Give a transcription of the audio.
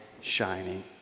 shining